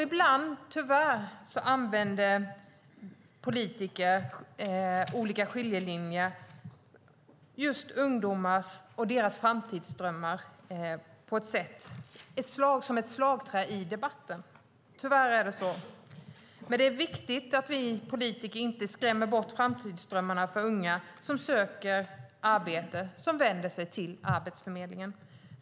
Ibland använder tyvärr politiker ungdomar och deras framtidsdrömmar som ett slagträ i debatten. Så är det tyvärr, men det är viktigt att vi politiker inte krossar framtidsdrömmarna för unga som vänder sig till Arbetsförmedlingen och söker arbete.